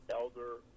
Elder